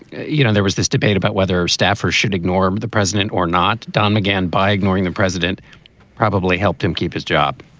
you know, there was this debate about whether staffers should ignore the president or not, don, again, by ignoring the president probably helped him keep his job.